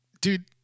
dude